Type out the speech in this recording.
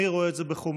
אני רואה את זה בחומרה,